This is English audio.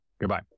Goodbye